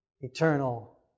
eternal